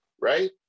right